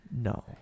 No